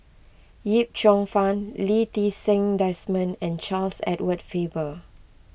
Yip Cheong Fun Lee Ti Seng Desmond and Charles Edward Faber